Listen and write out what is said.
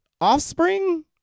offspring